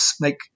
make